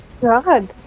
god